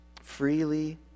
freely